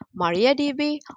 MariaDB